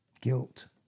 Guilt